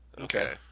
Okay